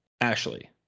ashley